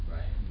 Right